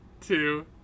two